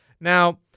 Now